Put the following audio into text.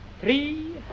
Three